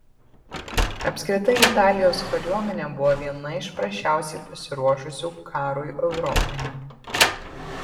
apskritai italijos kariuomenė buvo viena iš prasčiausiai pasiruošusių karui europoje